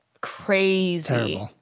Crazy